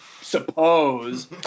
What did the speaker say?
suppose